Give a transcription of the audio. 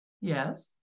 Yes